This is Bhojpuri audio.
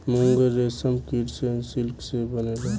मूंगा रेशम कीट से सिल्क से बनेला